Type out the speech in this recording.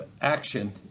action